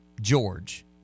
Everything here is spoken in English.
George